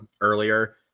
earlier